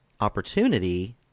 opportunity